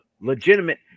legitimate